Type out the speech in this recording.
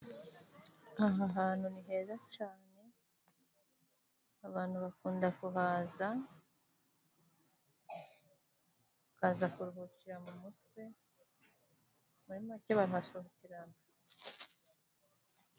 Aha hantu ni heza cane ,abantu bakunda kuhaza ,ukaza kuruhukira mu mutwe ,muri make bahasohokerana.